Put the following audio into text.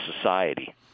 society